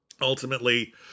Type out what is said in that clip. ultimately